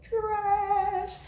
trash